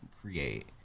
create